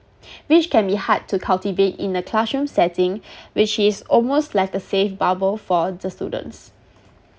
which can be hard to cultivate in a classroom setting which is almost like a safe bubble for the students